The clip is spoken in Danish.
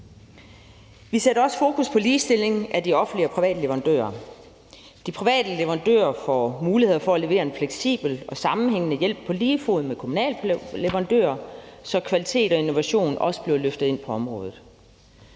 Vi sætter også fokus på ligestilling af de offentlige og private leverandører. De private leverandører får muligheder for at levere en fleksibel og sammenhængende hjælp på lige fod med kommunale leverandører, så kvalitet og innovation også bliver løftet ind på området.